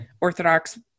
Orthodox